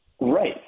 Right